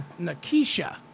Nakisha